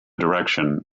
direction